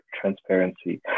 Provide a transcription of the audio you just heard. transparency